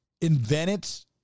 invented